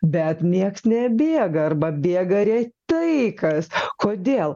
bet nieks nebėga arba bėga retai kas kodėl